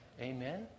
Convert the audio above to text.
Amen